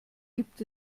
gibt